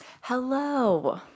Hello